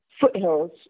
foothills